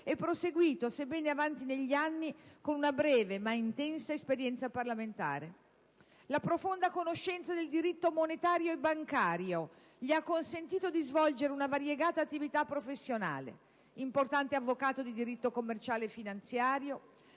e proseguito, sebbene avanti negli anni, con una breve ma intensa esperienza parlamentare. La profonda conoscenza del diritto monetario e bancario gli consentì di svolgere una variegata attività professionale: importante avvocato di diritto commerciale e finanziario;